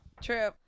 True